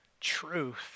truth